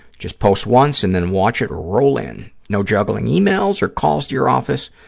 just post once and then watch it roll in, no juggling yeah e-mails or calls to your office.